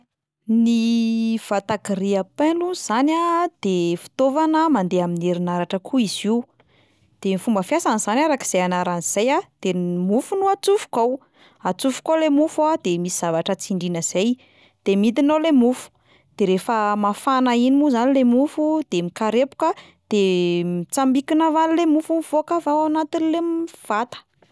Ny vata grille-pain aloha zany de fitaovana mandeha amin'ny herinaratra koa izy io, de ny fomba fiasana zany arak'izay anarany izay a, de ny mofo no atsofoka ao, atsofoka ao le mofo a de misy zavatra tsindriana zay, de midina ao le mofo, de rehefa mafana iny moa zany le mofo de mikarepoka, de mitsambikina avy any le mofo mivoaka avy ao anatin'le m- vata.